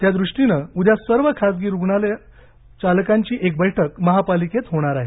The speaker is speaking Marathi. त्याद्रष्टीनं उद्या सर्व खासगी रुग्णालय चालकांची एक बैठक महापालिकेत होणार आहे